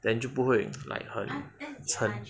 then 就不会 like 很撑